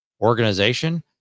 organization